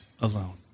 alone